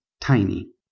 tiny